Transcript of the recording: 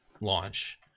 launch